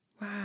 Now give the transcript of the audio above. Wow